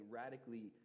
radically